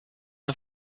der